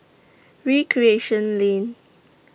Recreation Lane